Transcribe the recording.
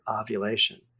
ovulation